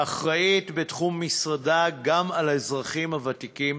שאחראית בתחום משרדה גם לאזרחים הוותיקים,